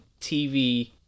TV